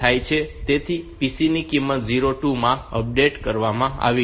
તેથી PC ની કિંમત 0 2 માં અપડેટ કરવામાં આવી છે